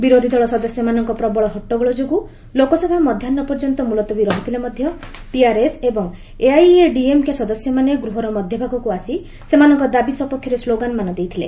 ବିରୋଧୀ ଦଳ ସଦସ୍ୟମାନଙ୍କ ପ୍ରବଳ ହଟ୍ଟଗୋଳ ଯୋଗୁଁ ଲୋକସଭା ମଧ୍ୟାହ୍ନ ପର୍ଯ୍ୟନ୍ତ ମୁଲତବୀ ରହିଥିଲେ ମଧ୍ୟ ଟିଆର୍ଏସ୍ ଏବଂ ଏଆଇଏଡିଏମ୍କେ ସଦସ୍ୟମାନେ ଗୃହର ମଧ୍ୟଭାଗକୁ ଆସି ସେମାନଙ୍କ ଦାବି ସପକ୍ଷରେ ସ୍କୋଗାନମାନ ଦେଇଥିଲେ